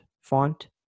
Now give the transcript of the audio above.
font